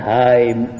time